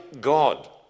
God